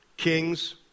Kings